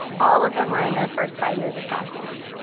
all of them were in their first five years of practice.